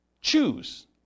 choose